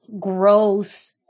growth